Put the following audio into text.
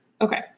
okay